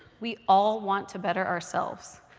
we all want to better ourselves,